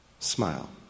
Smile